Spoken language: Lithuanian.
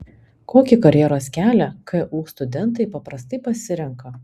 kokį karjeros kelią ku studentai paprastai pasirenka